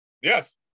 Yes